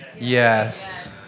Yes